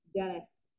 Dennis